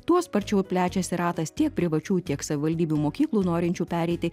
tuo sparčiau plečiasi ratas tiek privačių tiek savivaldybių mokyklų norinčių pereiti